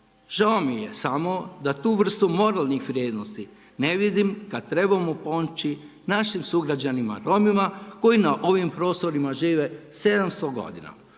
Žao mi je samo da tu vrstu moralnih vrijednosti ne vidim kada trebamo pomoći našim sugrađanima Romima koji na ovim prostorima žive 700 godina.